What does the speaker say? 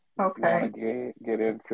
Okay